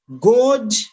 God